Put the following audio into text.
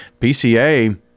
PCA